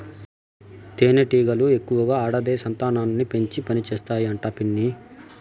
తేనెటీగలు ఎక్కువగా ఆడదే సంతానాన్ని పెంచి పనిచేస్తాయి అంట పిన్ని